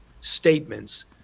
statements